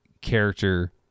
character